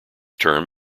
term